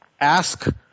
ask